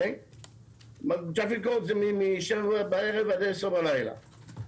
Traffic courtזה מ-7 בבוקר עד 10 בלילה,